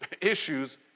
issues